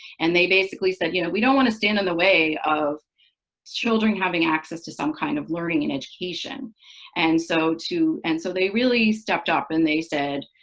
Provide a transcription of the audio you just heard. and they basically said, you know, we don't want to stand in the way of children having access to some kind of learning and education and so education. and so they really stepped up and they said,